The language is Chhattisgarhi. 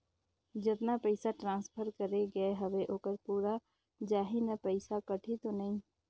जतना पइसा ट्रांसफर करे गये हवे ओकर पूरा जाही न पइसा कटही तो नहीं?